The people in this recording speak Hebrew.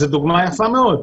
זו דוגמה יפה מאוד,